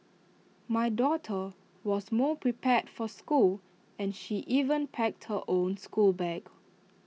my daughter was more prepared for school and she even packed her own schoolbag